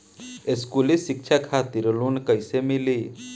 स्कूली शिक्षा खातिर लोन कैसे मिली?